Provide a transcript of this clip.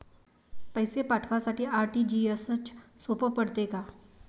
पैसे पाठवासाठी आर.टी.जी.एसचं सोप पडते का?